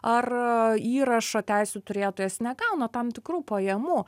ar įrašo teisių turėtojas negauna tam tikrų pajamų